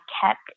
kept